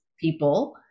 people